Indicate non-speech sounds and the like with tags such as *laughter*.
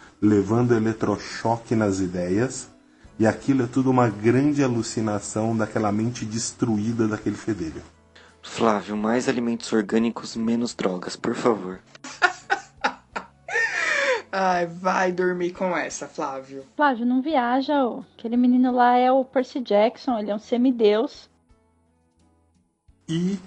levando eletrochoque nas ideias, e aquilo é tudo uma grande alucinação daquela mente destruída daquele fedelho. Flávio, mais alimentos orgânicos, menos drogas, por favor. *laughs* Ai, vai dormir com essa, Flávio. Flávio, não viaja, ô. Aquele menino lá é o Percy Jackson, ele é um semideus. E-